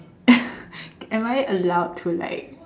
am I allowed to like